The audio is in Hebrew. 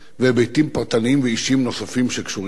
והיבטים פרטניים ואישיים נוספים שקשורים אליו.